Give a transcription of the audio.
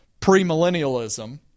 premillennialism